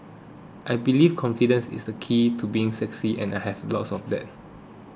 I believe confidence is the key to being sexy and I have loads of that